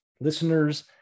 listeners